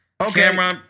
Okay